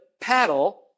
paddle